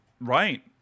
Right